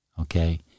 Okay